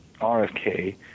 RFK